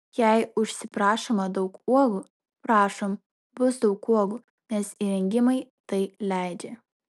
jei užsiprašoma daug uogų prašom bus daug uogų nes įrengimai tai leidžia